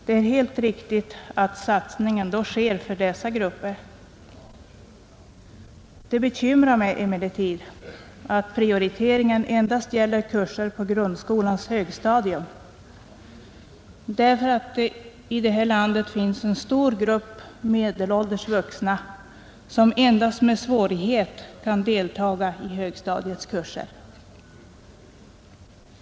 Det är helt riktigt att satsningen då görs för dessa grupper. Det bekymrar mig emellertid att prioriteringen endast gäller kurser på grundskolans högstadium, därför att det i det här landet finns en stor grupp vuxna som är medelålders och som endast med svårighet kan deltaga i högstadiets kurser.